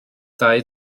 dau